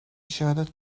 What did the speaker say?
shouted